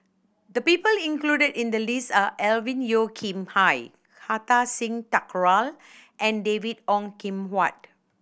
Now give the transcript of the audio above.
the people included in the list are Alvin Yeo Khirn Hai Kartar Singh Thakral and David Ong Kim Huat